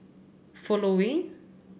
following